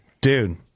Dude